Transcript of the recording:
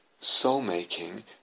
soul-making